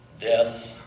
death